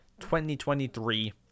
2023